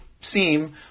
seem